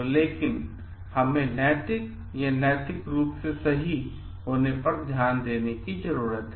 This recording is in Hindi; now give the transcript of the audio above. तो लेकिन हमें नैतिक या नैतिक रूप से सही होने पर ध्यान देने की जरूरत है